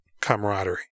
camaraderie